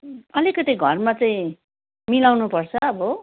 अलिकति घरमा चै मिलाउनु पर्छ अब